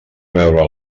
veure